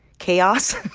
chaos.